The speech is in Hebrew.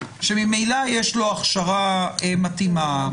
שממילא יש לו הכשרה מתאימה,